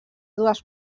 dues